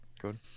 Good